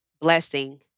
blessing